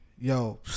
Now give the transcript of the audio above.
Yo